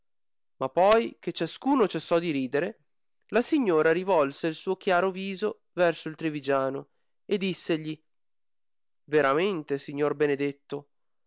ma poi che ciascuno cessò di ridere la signora rivolse il suo chiaro viso verso il trivigiano e dissegli veramente signor benedetto